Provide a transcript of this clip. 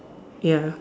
ya